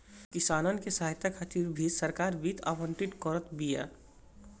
किसानन के सहायता खातिर भी सरकार वित्त आवंटित करत बिया